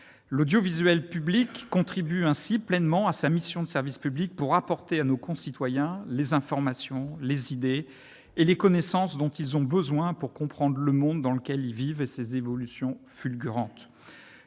L'audiovisuel public contribue pleinement à sa mission de service public : apporter à nos concitoyens les informations, les idées et les connaissances dont ils ont besoin pour comprendre le monde dans lequel ils vivent et ses évolutions fulgurantes.